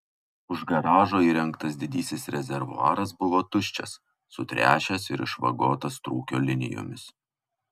už garažo įrengtas didysis rezervuaras buvo tuščias sutręšęs ir išvagotas trūkio linijomis